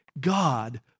God